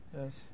Yes